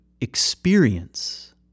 experience